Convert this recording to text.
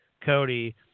cody